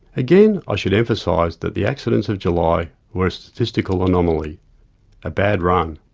again, i should emphasise that the accidents of july were a statistical anomaly a bad run.